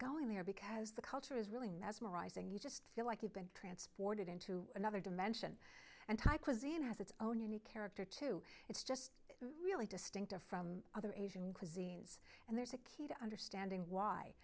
going there because the culture is really nasm arise and you just feel like you've been transported into another dimension and thai cuisine has its own unique character too it's just really distinctive from other asian cuisine yes and there's a key to understanding why